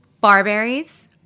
barberries